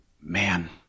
man